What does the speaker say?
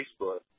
Facebook